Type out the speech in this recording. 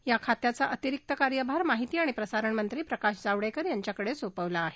या खात्याचा अतिरिक्त कार्यभार माहिती आणि प्रसारणमंत्री प्रकाश जावडेकर यांच्याकडे सोपवला आहे